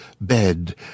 bed